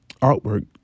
artwork